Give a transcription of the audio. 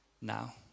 now